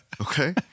Okay